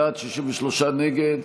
בעד, 46, נגד,